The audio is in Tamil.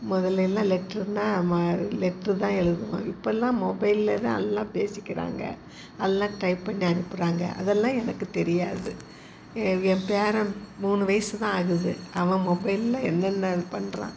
முதல்லேலாம் லெட்ருன்னால் ம லெட்ரு தான் எழுதுவோம் இப்பெல்லாம் மொபைல்லே தான் எல்லாம் பேசிக்கிறாங்க எல்லாம் டைப் பண்ணி அனுப்புகிறாங்க அதெல்லாம் எனக்கு தெரியாது எங்கள் பேரன் மூணு வயசுதான் ஆகுது அவன் மொபைல்ல என்னென்ன பண்ணுறான்